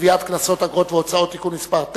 לגביית קנסות, אגרות והוצאות (תיקון מס' 9)